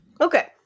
Okay